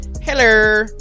Hello